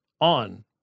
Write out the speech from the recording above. on